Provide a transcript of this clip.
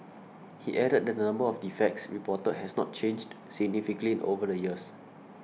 he added that the number of defects reported has not changed significantly over the years